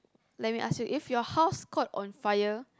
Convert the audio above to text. let me ask you if your house caught on fire